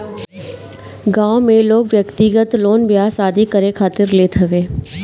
गांव में लोग व्यक्तिगत लोन बियाह शादी करे खातिर लेत हवे